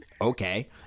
okay